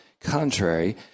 contrary